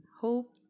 Hope